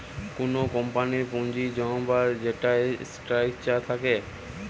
কুনো কোম্পানির পুঁজি জমাবার যেইটা স্ট্রাকচার থাকে